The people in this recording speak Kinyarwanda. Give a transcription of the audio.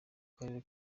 karere